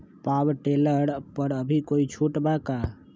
Power tiller पर अभी कोई छुट बा का?